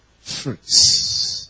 fruits